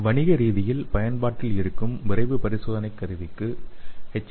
வணிகரீதியில் பயன்பாட்டில் இருக்கும் விரைவு பரிசோதனை கருவிக்கு எச்